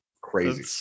Crazy